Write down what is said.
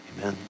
Amen